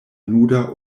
nuda